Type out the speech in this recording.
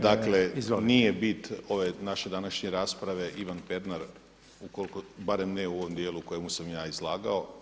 Dakle nije bit ove naše današnje rasprave Ivan Pernar barem ne u ovom djelu u kojemu sam ja izlagao.